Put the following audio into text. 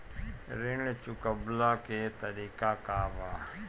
ऋण चुकव्ला के तरीका का बा?